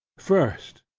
first.